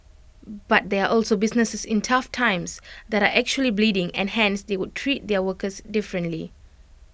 but there are also businesses in tough times that are actually bleeding and hence they would treat their workers differently